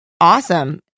Awesome